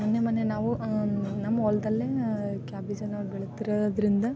ಮೊನ್ನೆ ಮೊನ್ನೆ ನಾವು ನಮ್ಮ ಹೊಲದಲ್ಲೇ ಕ್ಯಾಬೀಜ್ ನಾವು ಬೆಳಿತಿರೋದರಿಂದ